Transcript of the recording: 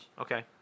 okay